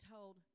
told